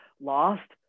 lost